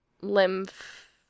lymph